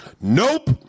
Nope